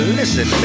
listen